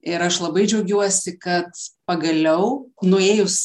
ir aš labai džiaugiuosi kad pagaliau nuėjus